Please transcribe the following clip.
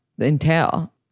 entail